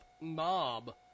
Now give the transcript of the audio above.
Mob